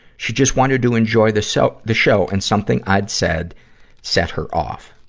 she just wanted to enjoy the so the show and something i'd said set her off.